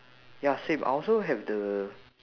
ya same I also have the